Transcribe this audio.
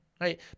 Right